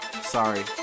sorry